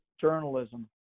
journalism